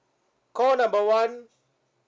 call number one